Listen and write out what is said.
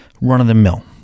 Run-of-the-mill